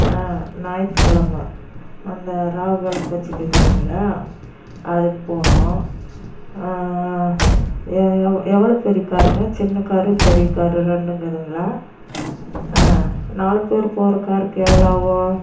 ஞாயித்துக்கெழம அந்த ராகுகால பூஜை இருக்குது இல்லிங்களா அதுக்கு போணும் எவ்வளோ பெரிய காருங்க சின்ன காரு பெரிய காரு ரெண்டும் இருக்குதுங்களா நாலு பேர் போகிற காருக்கு எவ்வளோ ஆகும்